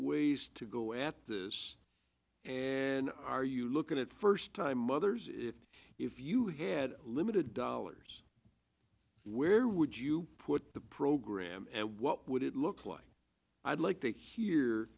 ways to go at yes and are you looking at first time mothers if you had limited dollars where would you put the program what would it look like i'd like to hear